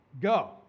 go